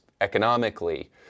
economically